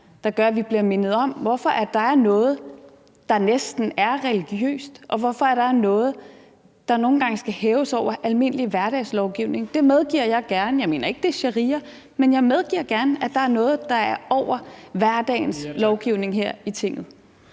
der gør, at vi bliver mindet om, hvorfor der er noget, der næsten er religiøst, og hvorfor der er noget, der nogle gange skal hæves over almindelig hverdagslovgivning. Det medgiver jeg gerne. Jeg mener ikke, det er sharia, men jeg medgiver gerne, at der er noget, der er over hverdagens lovgivning her i Tinget.